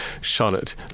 Charlotte